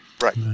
Right